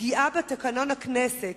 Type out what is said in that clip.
פגיעה בתקנון הכנסת